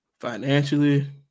financially